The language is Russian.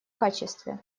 качестве